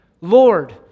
Lord